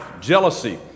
Jealousy